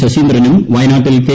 ശശീന്ദ്രനും വയനാടിൽ കെ